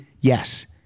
yes